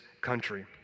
country